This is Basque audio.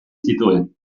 zituen